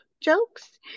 jokes